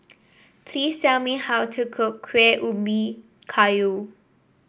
please tell me how to cook Kueh Ubi Kayu